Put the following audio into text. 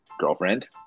girlfriend